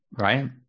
right